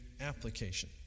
application